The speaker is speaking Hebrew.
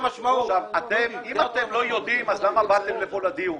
אם אתם לא יודעים, אז למה באתם לכאן לדיון?